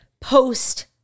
Post